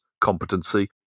competency